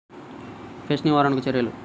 Pest నివారణకు చర్యలు?